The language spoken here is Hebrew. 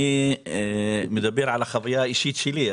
אני מדבר על החוויה האישית שלי.